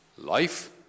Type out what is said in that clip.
Life